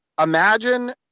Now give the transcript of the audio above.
imagine